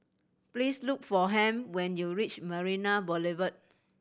please look for Ham when you reach Marina Boulevard